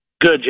Good